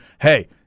hey